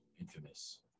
Infamous